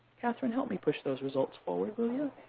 kathryn, help me push those results forward, will you?